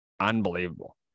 unbelievable